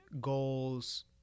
goals